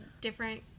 different